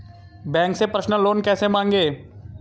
Bank से personal loan कैसे मांगें?